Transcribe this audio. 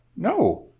no,